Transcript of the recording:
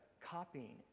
copying